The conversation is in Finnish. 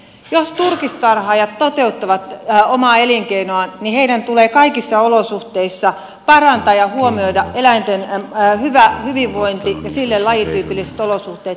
jos turkistarhaajat toteuttavat omaa elinkeinoaan niin heidän tulee kaikissa olosuhteissa parantaa ja huomioida eläinten hyvä hyvinvointi ja sille lajityypilliset olosuhteet